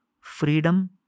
freedom